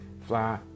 fly